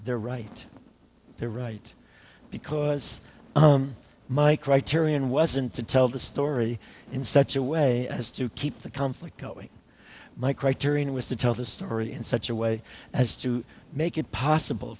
they're right they're right because my criterion wasn't to tell the story in such a way as to keep the conflict going my criterion was to tell the story in such a way as to make it possible